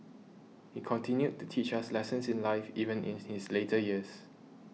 he continued to teach us lessons in life even in his later years